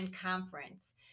Conference